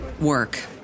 work